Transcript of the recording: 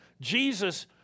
Jesus